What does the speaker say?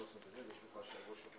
בשעה